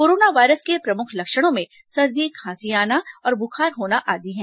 corona virus के प्रमुख लक्षणों में सर्दी खांसी आना तथा बुखार होना आदि है